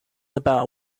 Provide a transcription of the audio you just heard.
about